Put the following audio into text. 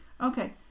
Okay